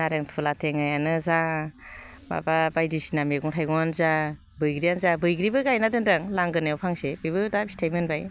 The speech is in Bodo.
नारेंथुला थेङायानो जा माबा बायदिसिना मैगं थाइगंआनो जा बैग्रिआनो जा बैग्रिबो गायना दोनदों लांगोनायाव फांसे बेबो दा फिथाइ मोनबाय